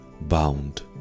bound